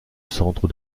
centre